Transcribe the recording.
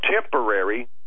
temporary